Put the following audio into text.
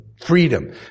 freedom